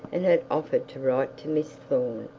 and had offered to write to miss thorne,